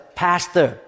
pastor